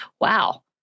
wow